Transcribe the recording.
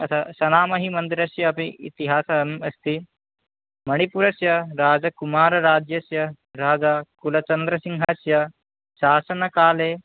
अथ सनामहीमन्दिरस्य अपि इतिहासः अस्ति मणिपुरस्य राजकुमारराज्यस्य राजा कुलचन्द्रसिङ्घस्य शासनकाले